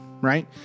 right